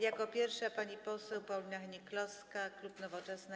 Jako pierwsza pani poseł Paulina Hennig-Kloska, klub Nowoczesna.